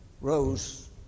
rose